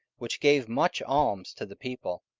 which gave much alms to the people,